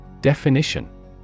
Definition